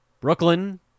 brooklyn